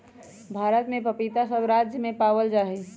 भारत में पपीता सब राज्य में पावल जा हई